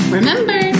Remember